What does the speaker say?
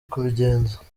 kubigenza